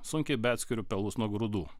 sunkiai beatskiriu pelus nuo grūdų